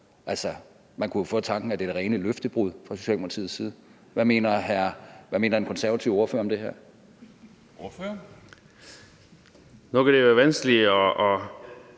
man kunne jo få tanken, at det er det rene løftebrud fra Socialdemokratiets side. Hvad mener den konservative ordfører om det her? Kl. 11:07 Formanden